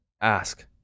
Ask